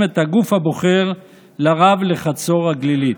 את הגוף הבוחר לרב לחצור הגלילית.